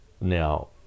Now